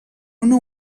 una